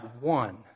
one